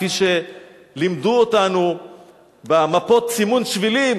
כפי שלימדו אותנו במפות סימון שבילים.